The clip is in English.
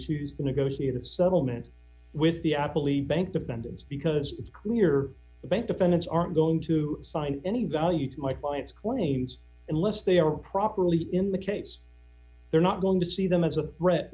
choose to negotiate a settlement with the apple e bank dependents because it's clear the bank defendants aren't going to find any value to my client's claims unless they are properly in the case they're not going to see them as a threat